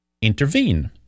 intervene